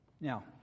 Now